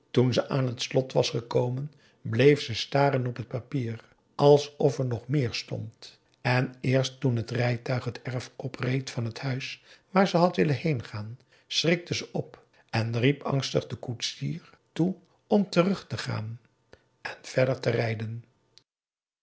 toen ze aan het slot was gekomen bleef ze staren op het papier alsof er nog meer stond en eerst toen t rijtuig het erf opreed van het huis waar ze had willen heengaan schrikte ze op en riep angstig den koetsier toe om terug te gaan en verder te rijden